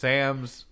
Sam's